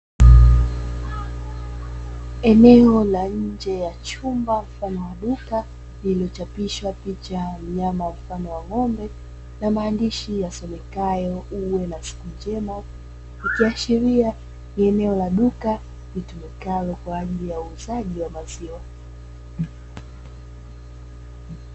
Eneo la nje ya chumba mfano wa duka, lililochapishwa picha ya mnyama mfano wa ng'ombe, na maandishi yasomekayo "Uwe na siku njema" ikiashiria eneo la duka litumikalo kwa ajili ya uuzaji wa maziwa.